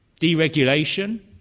deregulation